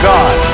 God